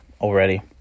already